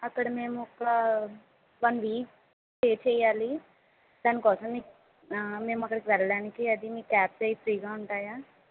అక్కడ మేము ఒక వన్ వీక్ స్టే చేయాలి దాని కోసం మేము అక్కడ వెళ్ళడానికి అది మీ క్యాబ్స్ అవి ఫ్రీగా ఉంటాయా